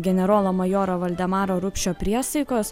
generolo majoro valdemaro rupšio priesaikos